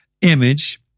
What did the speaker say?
image